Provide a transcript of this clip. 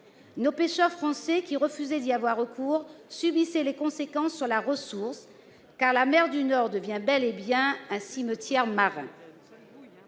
Nos pêcheurs français, qui refusaient d'y avoir recours, en subissaient les conséquences en termes de ressource, la mer du Nord devenant bel et bien un cimetière marin.